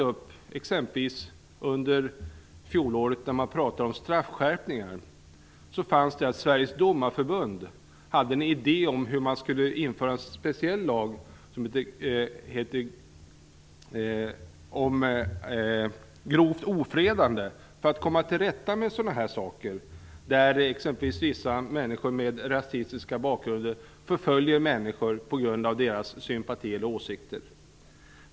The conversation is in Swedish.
Under fjolåret, när man pratade om straffskärpningar, framförde Sveriges Domarförbund en idé om att man skulle införa en speciell lag om grovt ofredande för att komma till rätta med exempelvis sådana saker som att vissa människor med rasistisk bakgrund förföljer människor på grund av deras sympatier eller åsikter.